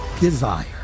desire